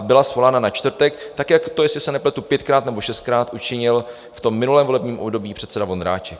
Byla svolána na čtvrtek tak, jak to jestli se nepletu pětkrát nebo šestkrát učinil v minulém volebním období předseda Vondráček.